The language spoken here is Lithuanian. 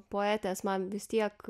poetės man vis tiek